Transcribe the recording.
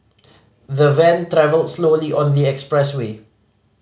the van travelled slowly on the expressway